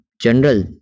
general